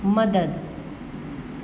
મદદ